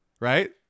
Right